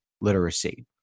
literacy